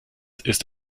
ist